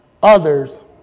Others